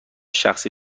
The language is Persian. شخصی